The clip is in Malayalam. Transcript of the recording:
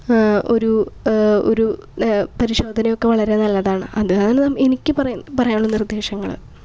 ഒരു ഒരു പരിശോധനയൊക്കെ വളരെ നല്ലതാണ് അതാണ് എനിക്ക് പറയാൻ പറയാനുള്ള നിർദ്ദേശങ്ങൾ